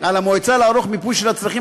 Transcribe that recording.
על המועצה לערוך מיפוי של הצרכים